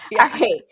Okay